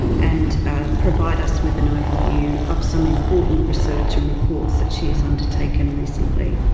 and provide us with an overview of some important research and reports that she has undertaken recently.